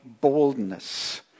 boldness